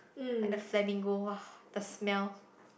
like the flamingo [wah] the smell